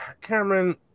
Cameron